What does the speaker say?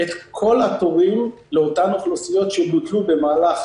את כל התורים לאותן אוכלוסיות, שבוטלו במהלך